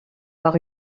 par